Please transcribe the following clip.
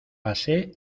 pasé